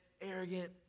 Arrogant